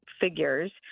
figures